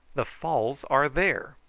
the falls are there!